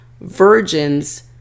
virgins